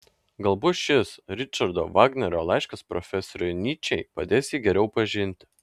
galbūt šis richardo vagnerio laiškas profesoriui nyčei padės jį geriau pažinti